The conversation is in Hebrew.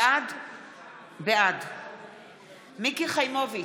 בעד מיקי חיימוביץ'